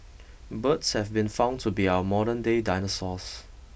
birds have been found to be our modernday dinosaurs